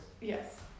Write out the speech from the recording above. Yes